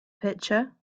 picture